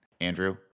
Andrew